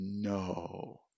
no